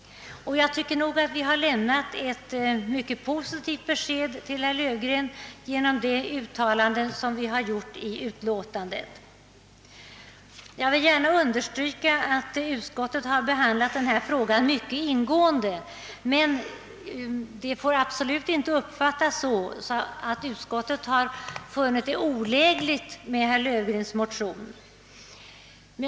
Och jag tycker att vi har lämnat ett mycket positivt besked till herr Löfgren genom de uttalanden som gjorts i utskottsutlåtandet. Jag vill understryka att utskottet behandlat frågan synnerligen ingående. Men det sagda får absolut inte uppfattas så, att vi skulle ha funnit det olägligt att herr Löfgren väckte sin motion.